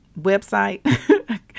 website